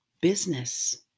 business